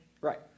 Right